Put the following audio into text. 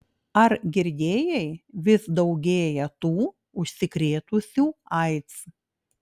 ar girdėjai vis daugėja tų užsikrėtusių aids